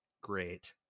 great